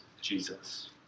Jesus